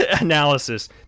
analysis